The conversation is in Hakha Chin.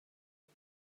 lai